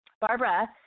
Barbara